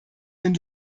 den